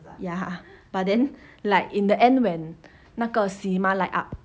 ya but then like in the end when 那个 cinema light up